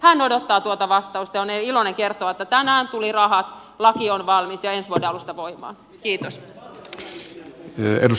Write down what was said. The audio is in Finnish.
hän odottaa tuota vastausta ja on ilo kertoa että tänään tuli rahat laki on valmis ja ensi vuoden alusta voimaan